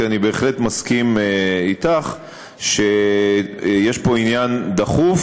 כי אני בהחלט מסכים אתך שיש פה עניין דחוף